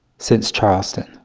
since charleston,